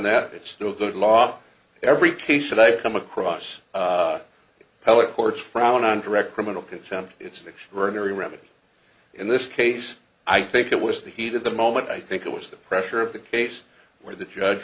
that it's still good law every case that i come across how it courts frown on direct criminal contempt it's an extraordinary remedy in this case i think it was the heat of the moment i think it was the pressure of the case where the judge